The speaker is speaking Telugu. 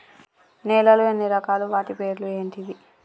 నేలలు ఎన్ని రకాలు? వాటి పేర్లు ఏంటివి?